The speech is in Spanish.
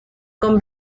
con